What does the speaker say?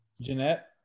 Jeanette